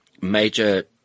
major